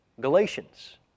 Galatians